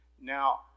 Now